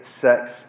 sex